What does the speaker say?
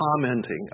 Commenting